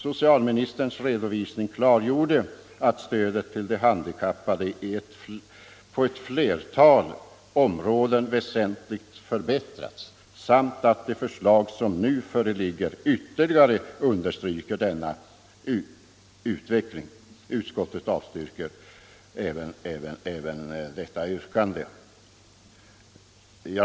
Som framgick av den redovisningen har stödet till de handikappade väsentligt förbättrats, och det förslag som nu föreligger understryker ytterligare den utvecklingen. Utskottet avstyrker även detta reservationsyrkande.